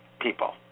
people